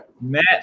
Matt